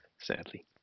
Sadly